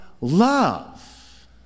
love